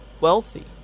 wealthy